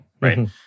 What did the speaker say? Right